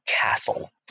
castle